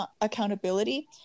accountability